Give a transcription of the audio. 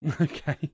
Okay